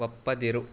ಒಪ್ಪದಿರು